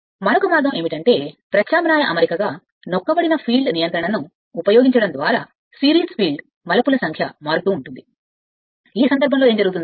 మరొక మార్గం ఏమిటంటే ప్రత్యామ్నాయ అమరికగా నొక్కబడిన ఫీల్డ్ నియంత్రణను ఉపయోగించడం ద్వారా సిరీస్ ఫీల్డ్ మలుపుల సంఖ్య మారుతూ ఉంటుంది ఈ సందర్భంలో ఏమి జరుగుతుంది